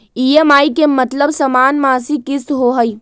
EMI के मतलब समान मासिक किस्त होहई?